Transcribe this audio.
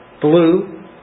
blue